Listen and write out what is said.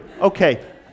Okay